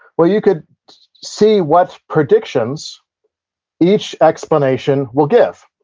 well, you could see what predictions each explanation will give.